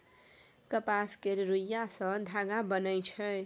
कपास केर रूइया सँ धागा बनइ छै